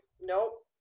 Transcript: nope